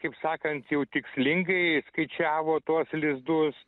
kaip sakant jau tikslingai skaičiavo tuos lizdus